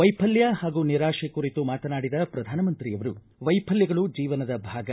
ವೈಫಲ್ಯ ಹಾಗೂ ನಿರಾಶೆ ಕುರಿತು ಮಾತನಾಡಿದ ಪ್ರಧಾನಮಂತ್ರಿಯವರು ವೈಫಲ್ಡಗಳು ಜೀವನದ ಭಾಗ